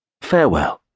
Farewell